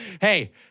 hey